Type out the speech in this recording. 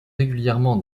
régulièrement